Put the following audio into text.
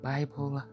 Bible